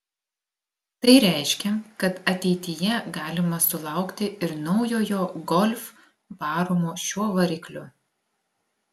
tai reiškia kad ateityje galima sulaukti ir naujojo golf varomo šiuo varikliu